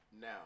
Now